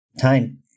time